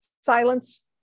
silence